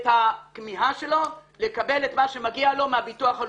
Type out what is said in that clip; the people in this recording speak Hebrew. את הכמיהה שלו לקבל את מה שמגיע לו מהביטוח הלאומי.